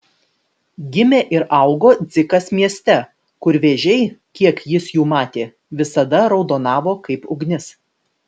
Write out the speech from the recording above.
gimė ir augo dzikas mieste kur vėžiai kiek jis jų matė visada raudonavo kaip ugnis